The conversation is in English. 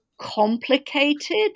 complicated